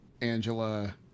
Angela